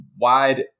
wide